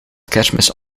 kerstmis